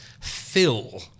fill